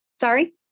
sorry